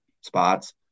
spots